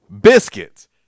biscuits